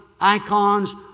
icons